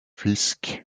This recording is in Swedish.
fisk